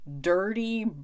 dirty